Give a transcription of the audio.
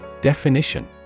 Definition